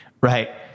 right